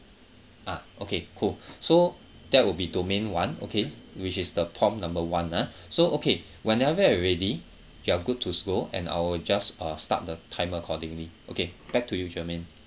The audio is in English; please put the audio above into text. ah okay cool so that will be domain one okay which is the prompt number one ah so okay whenever you are ready you are good to go and I will just uh start the timer accordingly okay back to you jermaine